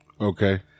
Okay